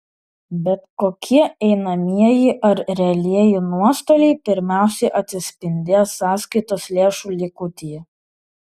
bet kokie einamieji ar realieji nuostoliai pirmiausiai atsispindės sąskaitos lėšų likutyje